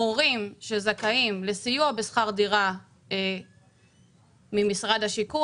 הורים שזכאים לסיוע בשכר דירה ממשרד השיכון